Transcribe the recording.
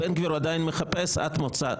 בן גביר עדיין מחפש, את מצאת.